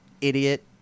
idiot